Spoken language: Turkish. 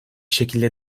şekilde